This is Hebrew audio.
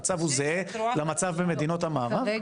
המצב הוא זהה למצב במדינות המערב?